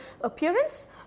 appearance